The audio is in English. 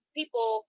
people